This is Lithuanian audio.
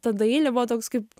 ta dailė buvo toks kaip